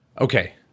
Okay